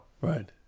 Right